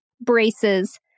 braces